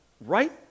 right